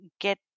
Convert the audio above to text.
get